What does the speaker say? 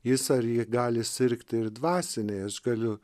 jis ar ji gali sirgti ir dvasiniai aš galiu